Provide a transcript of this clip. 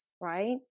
right